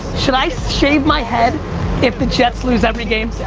should i shave my head if the jets lose every game?